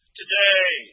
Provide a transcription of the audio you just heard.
today